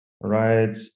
right